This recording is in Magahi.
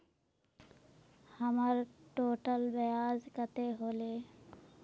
हमर टोटल ब्याज कते होले?